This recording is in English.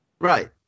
Right